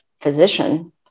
physician